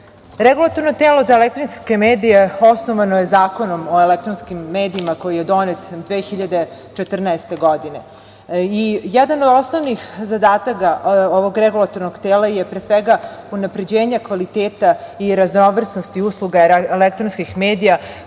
medije. Regulatorno telo za elektronske medije osnovano je Zakonom o elektronskim medijima, koji je donet 2014. godine. Jedan od osnovnih zadataka ovog regulatornog tela je, pre svega, unapređenje kvaliteta i raznovrsnosti usluga elektronskih medija,